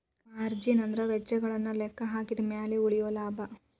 margin ಅಂದ್ರ ವೆಚ್ಚಗಳನ್ನ ಲೆಕ್ಕಹಾಕಿದ ಮ್ಯಾಲೆ ಉಳಿಯೊ ಲಾಭ